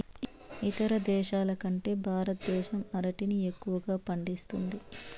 ఇతర దేశాల కంటే భారతదేశం అరటిని ఎక్కువగా పండిస్తుంది